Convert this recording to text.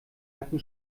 hatten